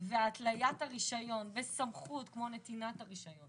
והתליית הרישיון בסמכות, כמו נתינת הרישיון